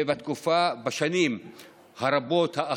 ושנים רבות,